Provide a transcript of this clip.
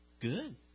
good